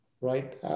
right